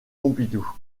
pompidou